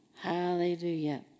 Hallelujah